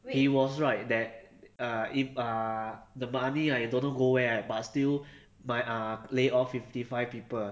he was right that err if err the money ah you don't go where but still mi~ ah lay off fifty five people